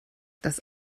das